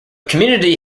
community